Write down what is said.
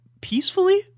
peacefully